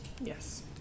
Yes